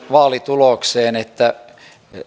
vaalitulokseen että